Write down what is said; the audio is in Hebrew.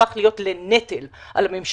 שהפך להיות לנטל על הממשלה,